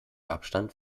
abstand